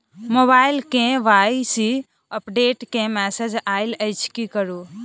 Mobile मे KYC update केँ message आइल अछि की करू?